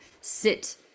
sit